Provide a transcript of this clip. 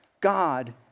God